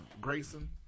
Grayson